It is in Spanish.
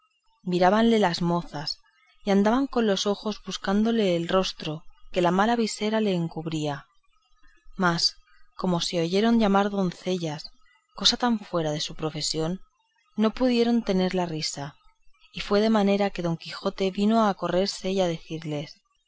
demuestran mirábanle las mozas y andaban con los ojos buscándole el rostro que la mala visera le encubría mas como se oyeron llamar doncellas cosa tan fuera de su profesión no pudieron tener la risa y fue de manera que don quijote vino a correrse y a decirles